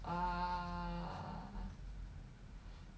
uh